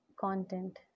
content